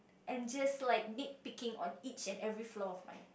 and just like nitpicking on each and every flaw of mine